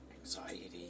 Anxiety